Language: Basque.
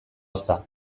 ozta